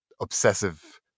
obsessive